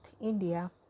India